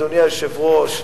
אדוני היושב-ראש,